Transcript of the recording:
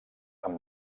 amb